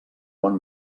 bon